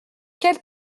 quelle